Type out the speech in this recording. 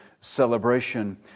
celebration